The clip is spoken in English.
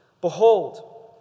Behold